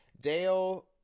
Dale